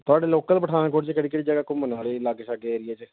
ਤੁਹਾਡੇ ਲੋਕਲ ਪਠਾਨਕੋਟ 'ਚ ਕਿਹੜੀ ਕਿਹੜੀ ਜਗ੍ਹਾ ਘੁੰਮਣ ਵਾਲੀ ਲਾਗੇ ਛਾਗੇ ਏਰੀਏ 'ਚ